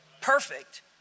perfect